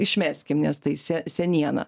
išmeskime nes tai se seniena